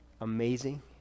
amazing